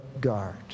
guard